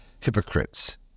hypocrites